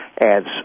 adds